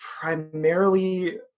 primarily